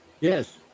Yes